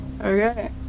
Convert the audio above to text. okay